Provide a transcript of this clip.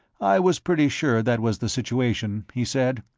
i was pretty sure that was the situation, he said.